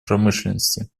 промышленности